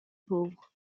pauvre